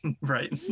right